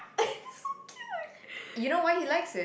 so cute